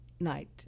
night